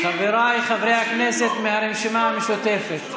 חבריי חברי הכנסת מהרשימה המשותפת,